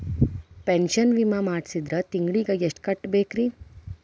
Pension ವಿಮಾ ಮಾಡ್ಸಿದ್ರ ತಿಂಗಳ ಎಷ್ಟು ಕಟ್ಬೇಕ್ರಿ?